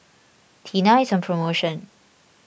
Tena is on promotion